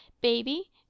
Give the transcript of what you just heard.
baby